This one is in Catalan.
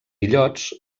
illots